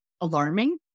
alarming